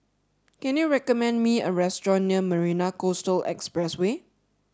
can you recommend me a restaurant near Marina Coastal Expressway